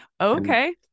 Okay